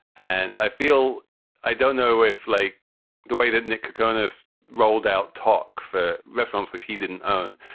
and i feel i don't know if like the way that nick kokonas rolled out talk for restaurants, which he didn't own.